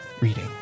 reading